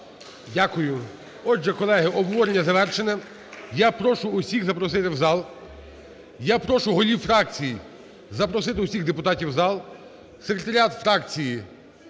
Дякую. Отже, колеги, обговорення завершено. Я прошу всіх запросити в зал. Я прошу голів фракцій запросити усіх депутатів у зал. Секретаріат фракції